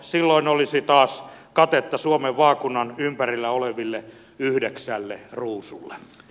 silloin olisi taas katetta suomen vaakunan ympärillä oleville yhdeksälle ruusulle